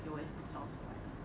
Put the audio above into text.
okay 我也是不知道是什么来的